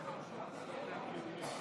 52 נגד.